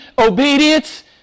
obedience